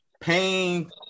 pain